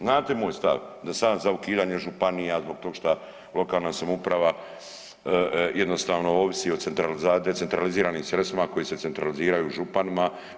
Znate moj stav da sam ja za ukidanje županija zbog toga što lokalna samouprava jednostavno ovisi o decentraliziranim sredstvima koji se centraliziraju županima.